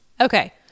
Okay